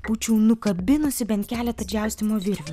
būčiau nukabinusi bent keletą džiaustymo virvių